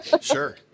sure